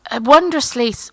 wondrously